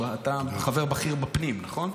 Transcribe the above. אתה חבר בכיר בוועדת הפנים, נכון?